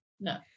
no